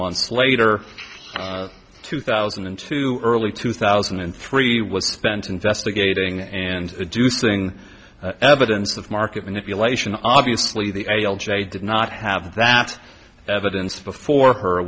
months later two thousand and two early two thousand and three was spent investigating and do thing evidence of market manipulation obviously the a l j did not have that evidence before her